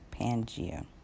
Pangea